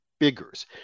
figures